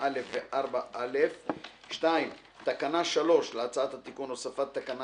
(2)(א) ו-(4)(א); (2) תקנה 3 להצעת התיקון (הוספת תקנה